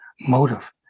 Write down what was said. motive